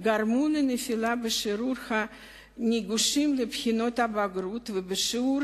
גרמו לנפילה בשיעור הניגשים לבחינות הבגרות ובשיעור